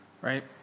right